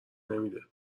نمیده